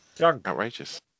Outrageous